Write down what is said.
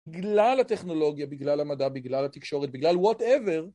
בגלל הטכנולוגיה, בגלל המדע, בגלל התקשורת, בגלל וואט-אבר.